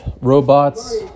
robots